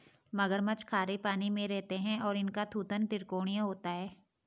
मगरमच्छ खारे पानी में रहते हैं और इनका थूथन त्रिकोणीय होता है